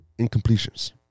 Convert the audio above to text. incompletions